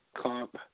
comp